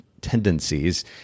tendencies